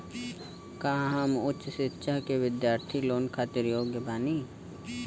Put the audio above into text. का हम उच्च शिक्षा के बिद्यार्थी लोन खातिर योग्य बानी?